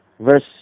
Verse